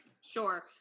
sure